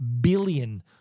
billion